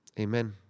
Amen